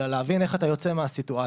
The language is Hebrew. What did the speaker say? אלא להבין איך אתה יוצא מהסיטואציה.